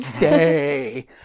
day